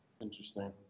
Interesting